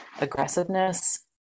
aggressiveness